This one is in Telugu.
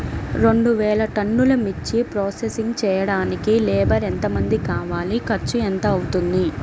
రెండు వేలు టన్నుల మిర్చి ప్రోసెసింగ్ చేయడానికి లేబర్ ఎంతమంది కావాలి, ఖర్చు ఎంత అవుతుంది?